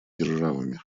державами